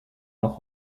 noch